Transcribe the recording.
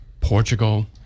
Portugal